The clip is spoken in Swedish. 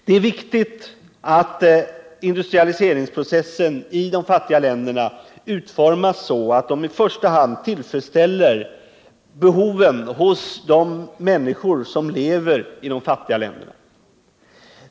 Det är viktigt att industrialiseringsprocessen i de fattiga länderna utformas så att i första hand behoven tillfredsställs hos de människor som lever i de fattiga länderna.